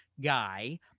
guy